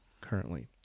currently